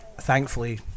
thankfully